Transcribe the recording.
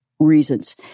Reasons